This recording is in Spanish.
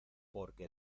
porque